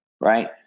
Right